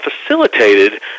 facilitated